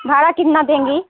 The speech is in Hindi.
भाड़ा कितना देंगी